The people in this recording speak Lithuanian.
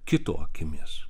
kito akimis